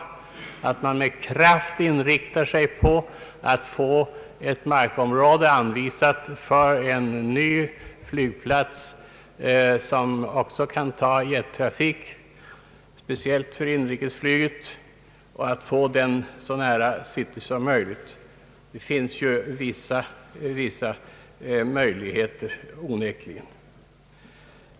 Man bör med kraft inrikta sig på att få markområde anvisat för en ny flygplats, som också kan ta jettrafik, speciellt för inrikesflyget, och att den förlägges så nära city som möjligt. Det finns troligen vissa möjligheter härtill.